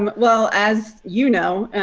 um well, as you know,